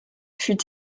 fut